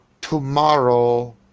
tomorrow